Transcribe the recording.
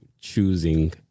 choosing